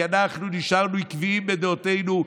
כי אנחנו נשארנו עקביים בדעותינו,